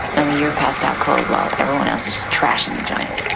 only you're passed out cold while everyone else is just trashing the joint.